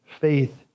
faith